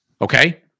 Okay